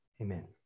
amen